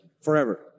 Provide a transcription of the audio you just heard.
Forever